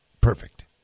perfect